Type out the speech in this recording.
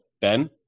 Ben